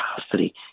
capacity